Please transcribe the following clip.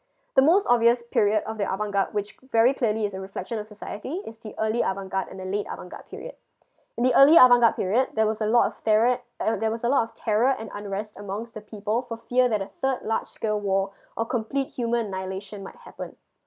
the most obvious period of the avant garde which very clearly as a reflection of society is the early avant garde and the late avant garde period the early avant garde period there was a lot of terror uh there was a lot of terror and unrest amongst the people for fear that the third large scale war a complete human nihilation might happen